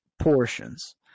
portions